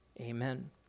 amen